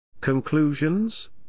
Conclusions